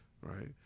right